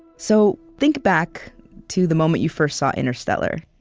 so think back to the moment you first saw interstellar,